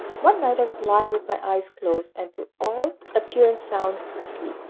one night i was lying with my eyes closed, and to, all appearance sound asleep,